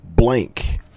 blank